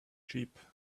sheep